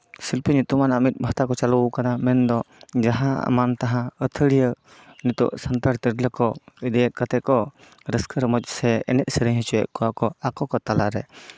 ᱥᱤᱞᱯᱤ ᱧᱩᱛᱩᱢᱟᱱᱟᱜ ᱢᱤᱫ ᱵᱷᱟᱛᱟ ᱠᱚ ᱪᱟᱹᱞᱩ ᱠᱟᱫᱟ ᱢᱮᱱᱫᱚ ᱡᱟᱦᱟᱸ ᱟᱢᱟᱝ ᱛᱟᱦᱟᱸ ᱟᱹᱛᱷᱟᱲᱤᱭᱟᱹ ᱱᱤᱛᱚᱜ ᱥᱟᱱᱛᱟᱲ ᱛᱤᱨᱞᱟᱹ ᱠᱚ ᱤᱫᱤᱭᱮᱜ ᱠᱟᱛᱮ ᱠᱚ ᱨᱟᱹᱥᱠᱟᱹ ᱨᱚᱢᱚᱡᱽ ᱥᱮ ᱮᱱᱮᱡ ᱥᱮᱨᱮᱧ ᱦᱚᱪᱚᱭᱮᱜ ᱠᱚᱣᱟ ᱠᱚ ᱟᱠᱚ ᱠᱚ ᱛᱟᱞᱟᱨᱮ